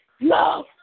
Love